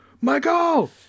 Michael